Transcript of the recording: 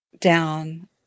down